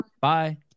Bye